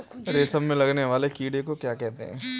रेशम में लगने वाले कीड़े को क्या कहते हैं?